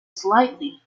slightly